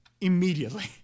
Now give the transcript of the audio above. immediately